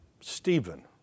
Stephen